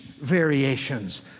variations